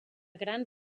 gran